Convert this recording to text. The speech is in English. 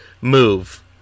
move